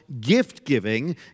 gift-giving